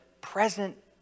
present